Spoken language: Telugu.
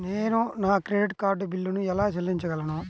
నేను నా క్రెడిట్ కార్డ్ బిల్లును ఎలా చెల్లించగలను?